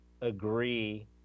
agree